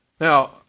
Now